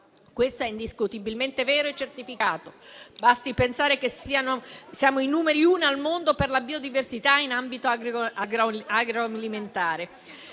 Questo è indiscutibilmente vero è certificato; basti pensare che siamo i numeri uno al mondo per la biodiversità in ambito agroalimentare.